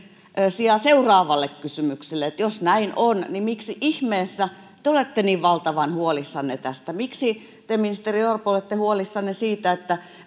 sijaa seuraavalle kysymykselle jos näin on miksi ihmeessä te olette niin valtavan huolissanne tästä miksi te ministeri orpo olette huolissanne siitä että